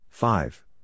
Five